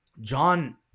John